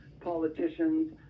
politicians